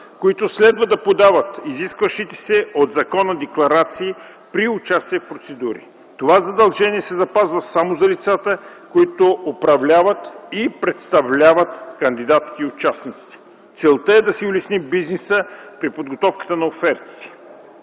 които следва да подават изискващите се от закона декларации при участие в процедури. Това задължение се запазва само за лицата, които управляват и представляват кандидатите и участниците. Целта е да се улесни бизнеса при подготовката на офертите.